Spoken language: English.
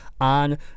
on